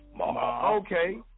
Okay